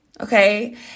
okay